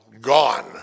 gone